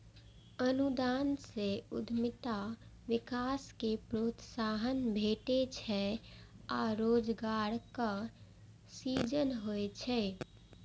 अनुदान सं उद्यमिता विकास कें प्रोत्साहन भेटै छै आ रोजगारक सृजन होइ छै